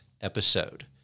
episode